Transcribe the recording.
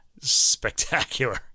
spectacular